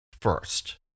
first